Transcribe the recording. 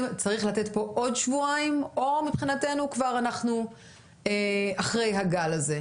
צריך לתת עוד שבועיים או בחינתנו אנחנו כבר אחרי הגל הזה.